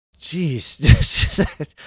jeez